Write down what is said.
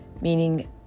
meaning